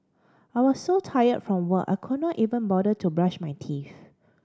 I was so tired from work I could not even bother to brush my teeth